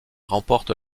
remporte